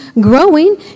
growing